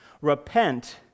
Repent